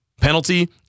penalty